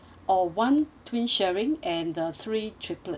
or one twin sharing and the three triplet